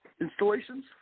installations